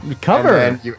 cover